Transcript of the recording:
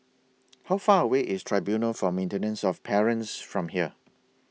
How Far away IS Tribunal For Maintenance of Parents from here